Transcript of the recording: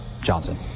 Johnson